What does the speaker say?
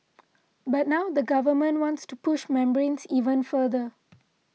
but now the Government wants to push membranes even further